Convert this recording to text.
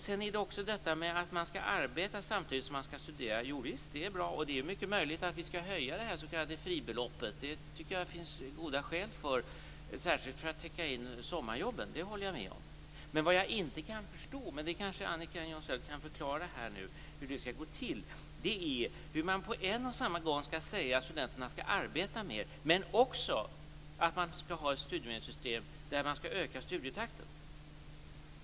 Sedan skall man också arbeta samtidigt som man studerar. Jo visst, det är bra, och det är mycket möjligt att vi skall höja det s.k. fribeloppet. Det tycker jag att det finns goda skäl för, särskilt för att täcka in sommarjobben. Det håller jag med om. Men vad jag inte kan förstå - men det kanske Annika Jonsell kan förklara - är hur man på en och samma gång kan säga att studenterna skall arbeta mer och att man skall ha ett studiemedelssystem där studietakten skall öka.